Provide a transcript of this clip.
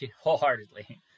wholeheartedly